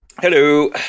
Hello